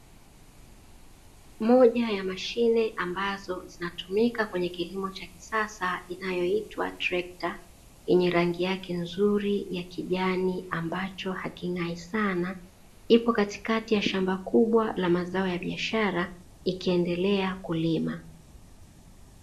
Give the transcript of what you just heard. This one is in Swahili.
Moja ya mashine ambazo zinatumika kwenye kilimo cha kisasa inayoitwayo trekta, yenye rangi yake nzuri ya kijani ambacho haking'ai sana. Ipo katikati ya shamba kubwa la mazao ya biashara ikiendelea kulima.